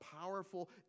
powerful